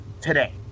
today